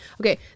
okay